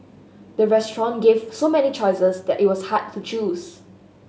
the restaurant gave so many choices that it was hard to choose